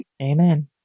Amen